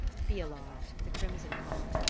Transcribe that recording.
fialar, the crimson cock,